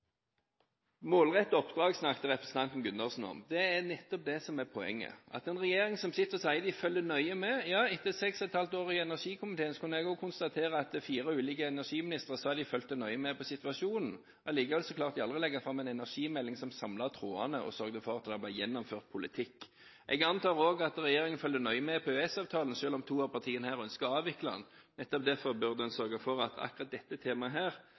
oppdrag snakket representanten Gundersen om. Det er nettopp det som er poenget for en regjering som sitter og sier at de følger nøye med. Ja, etter seks og et halvt år i energikomiteen kunne jeg også konstatere at fire ulike energiministre sa at de fulgte nøye med på situasjonen. Allikevel klarte de aldri å legge fram en energimelding som samlet trådene, og sørget for at det ble gjennomført politikk. Jeg antar også at regjeringen følger nøye med på EØS-avtalen, selv om to av partiene her ønsker å avvikle den. Nettopp derfor burde en sørge for at akkurat dette temaet,